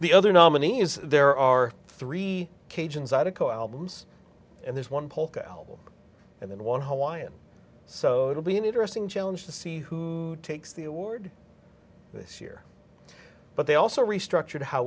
the other nominees there are three cajuns article albums and there's one polka album and then one whole wian so it'll be an interesting challenge to see who takes the award this year but they also restructured how